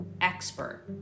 expert